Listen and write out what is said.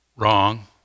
Wrong